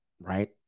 right